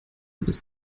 bis